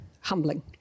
humbling